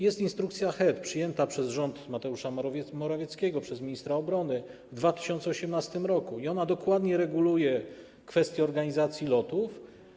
Jest instrukcja HEAD przyjęta przez rząd Mateusza Morawieckiego, przez ministra obrony w 2018 r. i ona dokładnie reguluje kwestie organizacji lotów.